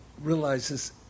realizes